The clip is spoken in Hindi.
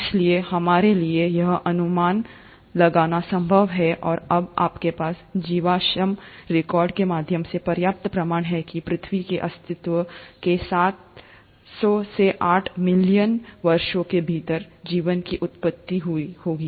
इसलिए हमारे लिए यह अनुमान लगाना संभव है और अब आपके पास जीवाश्म रिकॉर्ड के माध्यम से पर्याप्त प्रमाण हैं कि पृथ्वी के अस्तित्व के सात सौ से आठ मिलियन वर्षों के भीतर जीवन की उत्पत्ति हुई होगी